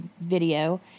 video